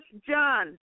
John